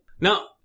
Now